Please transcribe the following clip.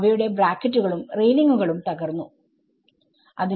അവയുടെ ബ്രാക്കറ്റുകളും റെയിലിങ്ങുകളും തകർന്നു വീണു